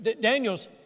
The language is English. Daniel's